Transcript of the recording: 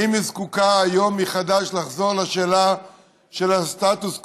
האם היא זקוקה היום מחדש לחזור לשאלה של הסטטוס קוו?